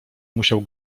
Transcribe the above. musiał